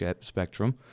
spectrum